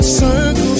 circles